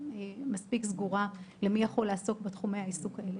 מספיק סגורה למי שיכול לעסוק בתחומי העיסוק האלה,